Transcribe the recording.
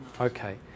Okay